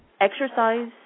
exercise